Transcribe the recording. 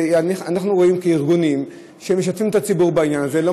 אנחנו רואים ארגונים שמשתפים את הציבור בעניין הזה.